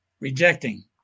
rejecting